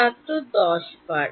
ছাত্র 10 বার